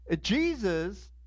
Jesus